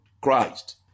Christ